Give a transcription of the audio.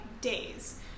days